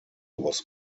was